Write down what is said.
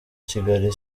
kigali